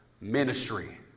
ministry